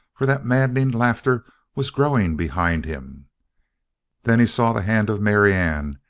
for that maddening laughter was growing behind him then he saw the hand of marianne,